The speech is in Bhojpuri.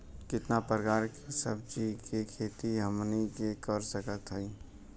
कितना प्रकार के सब्जी के खेती हमनी कर सकत हई?